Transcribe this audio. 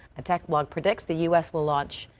and tech blog predicts the us will launch.